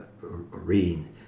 reading